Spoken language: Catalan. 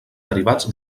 derivats